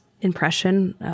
impression